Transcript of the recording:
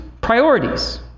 priorities